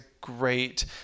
great